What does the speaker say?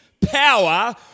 power